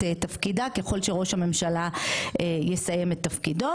תפקידה ככל שראש הממשלה יסיים את תפקידו.